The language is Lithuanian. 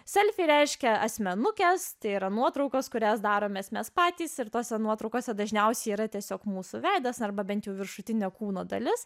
šelfe reiškia asmenukes tėra nuotraukos kurias darome mes patys ir tose nuotraukose dažniausiai yra tiesiog mūsų veidas arba bent jų viršutinė kūno dalis